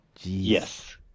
Yes